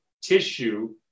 tissue